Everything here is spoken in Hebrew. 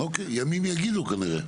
אוקיי, ימים יגידו כנראה.